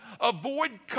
Avoid